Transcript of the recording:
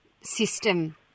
system